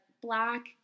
Black